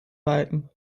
balken